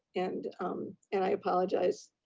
and um and i apologize.